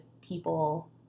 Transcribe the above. people